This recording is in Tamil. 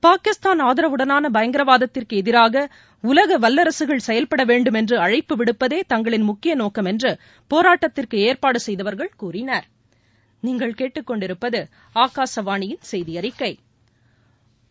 பாகிஸ்தான் ஆதரவுடனான பயங்கரவாதத்திறகு எதிராக உலக வல்லரசுகள் செயல்பட வேண்டும் என்று அழைப்பு விடுப்பதே தங்களின் முக்கிய நோக்கம் என்று போராட்டத்திற்கு ஏற்பாடு செய்தவாகள் கூறிணா்